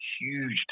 huge